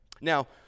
Now